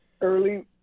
early